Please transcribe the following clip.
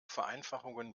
vereinfachungen